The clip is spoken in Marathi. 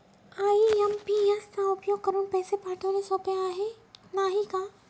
आइ.एम.पी.एस चा उपयोग करुन पैसे पाठवणे सोपे आहे, नाही का